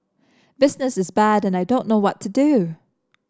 business is bad and I don't know what to do